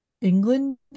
England